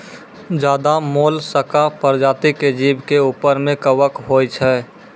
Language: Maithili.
ज्यादे मोलसका परजाती के जीव के ऊपर में कवच होय छै